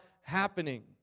happening